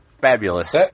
fabulous